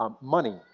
Money